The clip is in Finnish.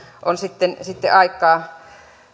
on sitten sitten aikaa